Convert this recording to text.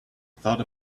thought